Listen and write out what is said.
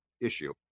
issue